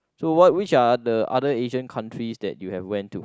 so what which are the other Asian countries that you have went to